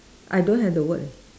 I don't have the word leh